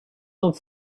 uns